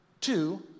two